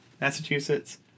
Massachusetts